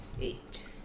eight